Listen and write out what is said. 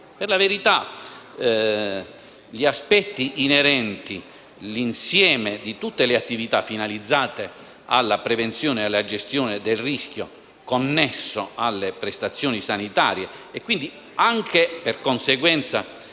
Per la verità, gli aspetti inerenti l'insieme di tutte le attività finalizzate alla prevenzione e alla gestione del rischio connesso alle prestazioni sanitarie, e quindi, di conseguenza,